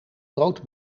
brood